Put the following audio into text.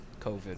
COVID